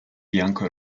bianco